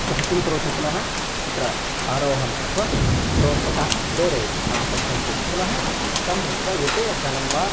सः किं करोति पुनः तत्र आरोहणं कृत्वा प्रोत्सकान् प्रेरयति हा पश्यन्तु इति पुनः तं दृष्ट्वा एते धनं वा